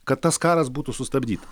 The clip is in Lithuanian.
kad tas karas būtų sustabdytas